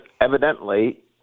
evidently